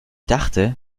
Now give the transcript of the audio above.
dachte